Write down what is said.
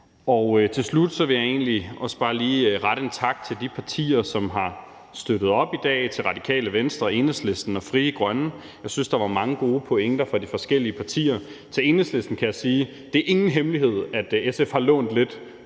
Til slut vil jeg egentlig også bare lige rette en tak til de partier, som har støttet op i dag, til Radikale Venstre og Enhedslisten og Frie Grønne. Jeg synes, der var mange gode pointer fra de forskellige partiers side. Til Enhedslisten kan jeg sige, at det ikke er nogen hemmelighed, at SF har lånt lidt